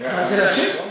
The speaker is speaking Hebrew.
רוצה להשיב?